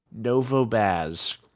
Novobaz